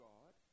God